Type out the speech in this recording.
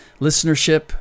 listenership